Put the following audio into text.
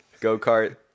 go-kart